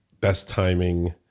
best-timing